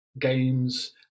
games